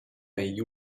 negli